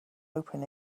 open